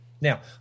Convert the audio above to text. Now